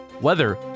weather